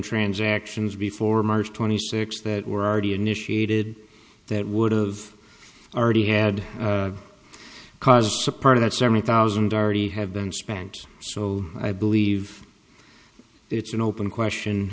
transactions before march twenty sixth that were already initiated that would've already had caused a part of that seventy thousand already have been spent so i believe it's an open question